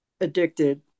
addicted